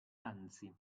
anzi